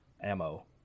ammo